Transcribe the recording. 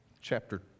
chapter